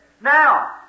Now